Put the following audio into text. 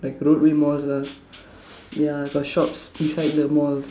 like road way malls lah ya got shops inside the mall